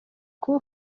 kuba